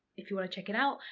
if you wanna check it out.